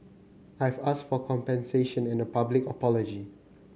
I've asked for compensation and a public apology